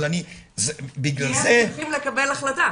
כי הם צריכים לקבל החלטה.